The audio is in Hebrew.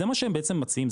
זה מה שהם בעצם מציעים,